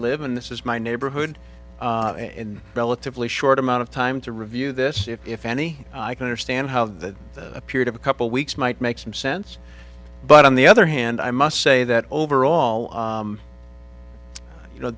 live and this is my neighborhood in a relatively short amount of time to review this if any i can understand how that a period of a couple weeks might make some sense but on the other hand i must say that overall you know